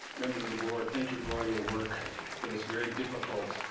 members of the board, thank you for all your work for this very difficult,